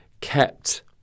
kept